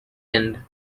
end